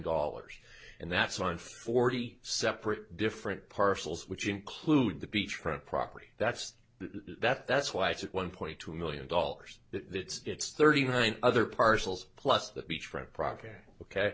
dollars and that's on forty separate different parcels which include the beachfront property that's that that's why it's at one point two million dollars that it's thirty nine other parcels plus the beachfront property ok